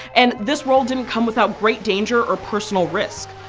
and this role didn't come without great danger or personal risk.